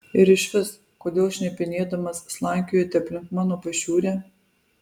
ir išvis kodėl šnipinėdamas slankiojate aplink mano pašiūrę